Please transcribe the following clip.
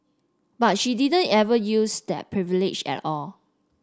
but she didn't ever use that privilege at all